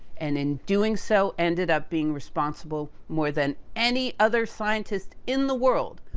and, in doing so, ended up being responsible, more than any other scientist in the world,